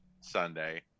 Sunday